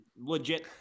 Legit